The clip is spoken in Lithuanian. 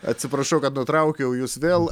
atsiprašau kad nutraukiau jus vėl